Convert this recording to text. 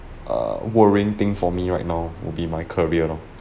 err worrying thing for me right now will be my career loh